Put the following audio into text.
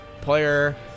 player